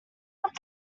out